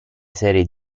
serie